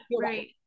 right